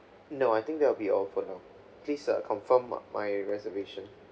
no I think that will be all for now please uh confirm uh my reservation